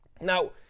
now